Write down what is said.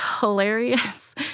hilarious